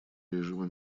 режима